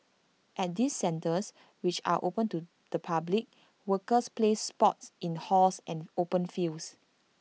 at these centres which are open to the public workers play sports in halls and open fields